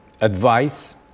advice